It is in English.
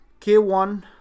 K1